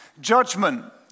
judgment